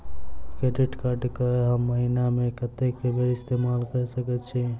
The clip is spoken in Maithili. क्रेडिट कार्ड कऽ हम महीना मे कत्तेक बेर इस्तेमाल कऽ सकय छी?